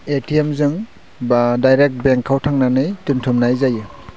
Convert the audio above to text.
ए T एमजों बा direct बेंकआव थांनानै दोनथुमनाय जायो